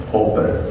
open